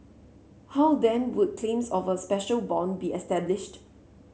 how then would claims of a special bond be established